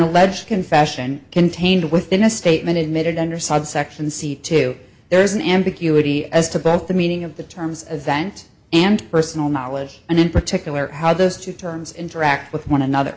alleged confession contained within a statement emitted under subsection c two there is an ambiguity as to both the meaning of the terms of vent and personal knowledge and in particular how those two terms interact with one another